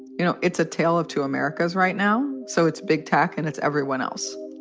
you know, it's a tale of two americas right now. so it's big tech and it's everyone else